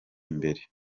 imbere